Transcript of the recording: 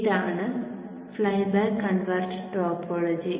ഇതാണ് flyback converter topology